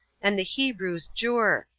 and the hebrews jur,